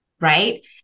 right